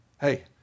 Hey